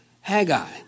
Haggai